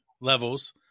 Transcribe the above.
levels